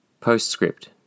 Postscript